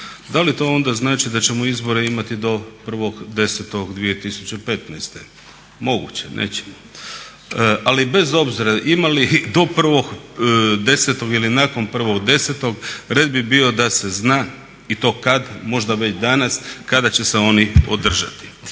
Da li to onda znači da ćemo izbore imati do 1.10.2015.? Moguće? Nećemo. Ali bez obzira imali ih do 1.10. ili nakon 1.10. red bi bio da se zna, i to kad, možda već danas, kada će se oni održati.